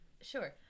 sure